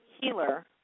healer